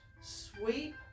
sweep